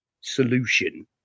solution